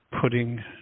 putting